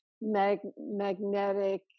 magnetic